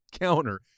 counter